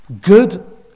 Good